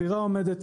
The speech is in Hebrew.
הסירה עומדת,